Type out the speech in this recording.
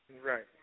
Right